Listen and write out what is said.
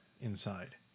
inside